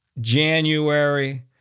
January